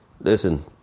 Listen